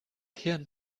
hirn